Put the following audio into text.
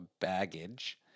baggage